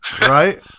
Right